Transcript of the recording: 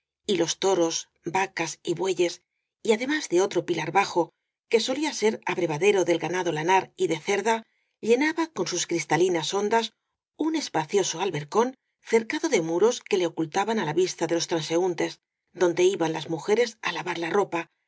y los toros vacas y bueyes y además de otro pilar bajo que solía ser abreva dero del ganado lanar y de cerda llenaba con sus cristalinas ondas un espacioso albercón cercado de muros que le ocultaban á la vista de los transeún tes donde iban las mujeres á lavar la ropa